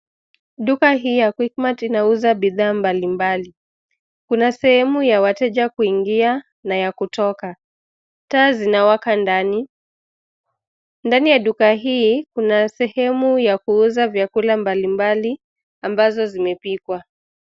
Duka hii ya Quickmart inauza bidhaa mbalimbali. Kuna sehemu ya wateja kuingia na ya kutoka. Taa zinawaka ndani. Ndani ya duka hii kuna sehemu ya kuuza vyakula mbalimbali ambazo zimepikwa.